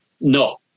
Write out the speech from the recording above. No